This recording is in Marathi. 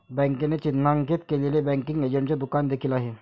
बँकेने चिन्हांकित केलेले बँकिंग एजंटचे दुकान देखील आहे